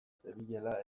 zebilela